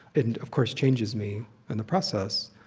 and, of course, changes me in the process.